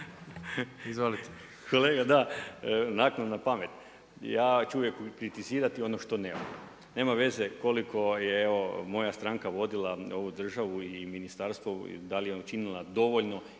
(SDP)** Kolega da, naknadna pamet. Ja ću uvijek kritizirati ono što ne valja. Nema veze koliko je moja stranka vodila ovu državu i ministarstvo, da li je učinila dovoljno